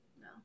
no